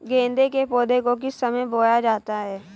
गेंदे के पौधे को किस समय बोया जाता है?